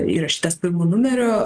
įrašytas pirmu numeriu